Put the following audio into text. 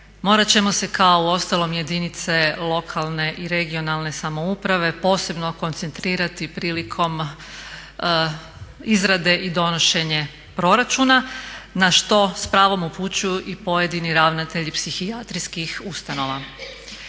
morat ćemo se kao uostalom jedinice lokalne i regionalne samouprave posebno koncentrirati prilikom izrade i donošenja proračuna, na što s pravom upućuju i pojedini ravnatelji psihijatrijskih ustanova.